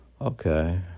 Okay